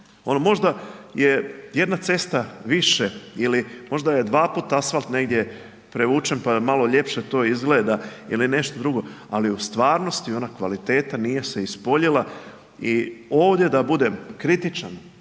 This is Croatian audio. možda je jedna cesta više ili možda je dva puta asfalt negdje prevučen pa da malo ljepše to izgleda ili nešto drugo ali u stvarnosti ona kvaliteta nije se ispoljila i ovdje da budem kritičan,